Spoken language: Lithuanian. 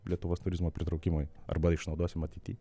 lietuvos turizmo pritraukimui arba išnaudosim ateity